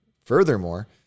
Furthermore